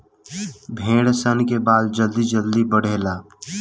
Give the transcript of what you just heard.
भेड़ सन के बाल जल्दी जल्दी बढ़ेला